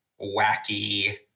wacky